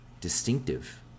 distinctive